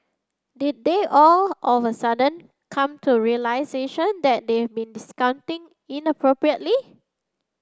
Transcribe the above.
did they all of a sudden come to realisation that they'd been discounting inappropriately